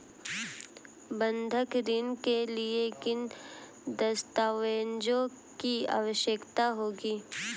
बंधक ऋण के लिए किन दस्तावेज़ों की आवश्यकता होगी?